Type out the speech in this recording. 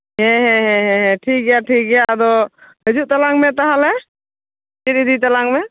ᱦᱮᱸ ᱦᱮᱸ ᱦᱮᱸ ᱦᱮᱸ ᱴᱷᱤᱠ ᱜᱮᱭᱟ ᱴᱷᱤᱠ ᱜᱮᱭᱟ ᱟᱫᱚ ᱦᱤᱡᱩᱜ ᱛᱟᱞᱟᱝ ᱢᱮ ᱛᱟᱦᱚᱞᱮ ᱦᱤᱨᱤ ᱤᱫᱤᱧ ᱛᱟᱞᱟᱝ ᱢᱮ